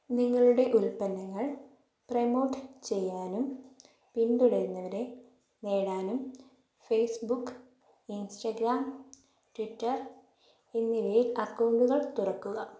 നിങ്ങളുടെ ഉൽപ്പന്നങ്ങൾ പ്രമോട്ട് ചെയ്യാനും പിന്തുടരുന്നവരെ നേടാനും ഫേസ്ബുക്ക് ഇൻസ്റ്റഗ്രാം ട്വുറ്റർ എന്നിവയിൽ അക്കൗണ്ടുകൾ തുറക്കുക